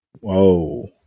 Whoa